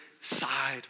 side